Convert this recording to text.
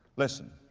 listen,